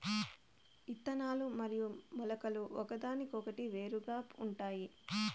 ఇత్తనాలు మరియు మొలకలు ఒకదానికొకటి వేరుగా ఉంటాయి